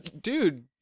Dude